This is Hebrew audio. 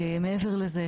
מעבר לזה,